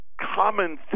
common